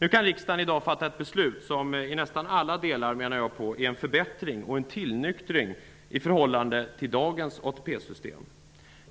Riksdagen kan i dag fatta ett beslut som jag menar i nästan alla delar är en förbättring och en tillnyktring i förhållande till dagens ATP-system.